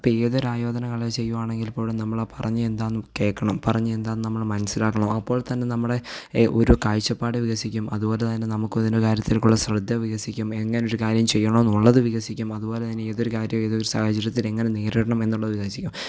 ഇപ്പോള് ഏതൊരായോധനകല ചെയ്യുകയാണെങ്കിലും എപ്പോഴും നമ്മളാ പറഞ്ഞെ എന്താണെന്ന് കേള്ക്കണം പറഞ്ഞെ എന്താണെന്ന് നമ്മള് മനസ്സിലാക്കണം അപ്പോള്ത്തന്നെ നമ്മുടെ എ ഓരോ കാഴ്ച്ചപ്പാട് വികസിക്കും അതുപോലെതന്നെ നമുക്കോരോ കാര്യത്തിലേക്കുള്ള ശ്രദ്ധ വികസിക്കും എങ്ങനൊരുകാര്യം ചെയ്യണമെന്നുള്ളത് വികസിക്കും അതുപോലെതന്നെ ഏതൊരുകാര്യം ഏതൊരു സാഹചര്യത്തില് എങ്ങനെ നേരിടണമെന്നുള്ളത് വികസിക്കും